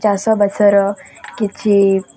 ଚାଷବାସର କିଛି